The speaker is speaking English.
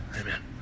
Amen